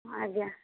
ଆଜ୍ଞା